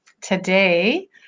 today